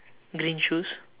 green shoes